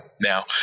now